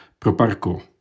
Proparco